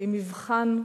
היא מבחן,